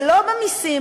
ולא במסים,